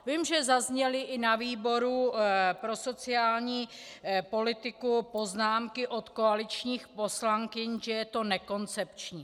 Vím, že zazněly i na výboru pro sociální politiku poznámky od koaličních poslankyň, že je to nekoncepční.